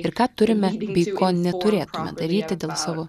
ir ką turime bei ko neturėtume daryti dėl savo